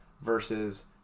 versus